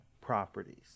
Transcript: properties